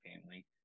family